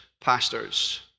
pastors